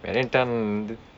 merilin tan வந்து:vandthu